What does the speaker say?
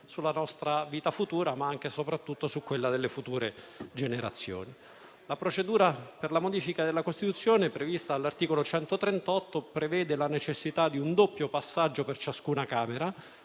sulla nostra vita futura, ma anche e soprattutto su quella delle future generazioni. La procedura per la modifica della Costituzione, prevista all'articolo 138, prevede la necessità di un doppio passaggio in ciascuna Camera